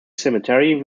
cemetery